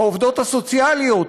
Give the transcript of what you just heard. העובדות הסוציאליות,